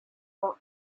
are